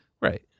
Right